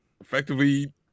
effectively